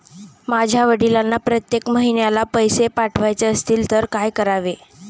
माझ्या वडिलांना प्रत्येक महिन्याला पैसे पाठवायचे असतील तर काय करावे?